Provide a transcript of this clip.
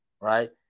right